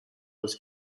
was